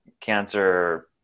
cancer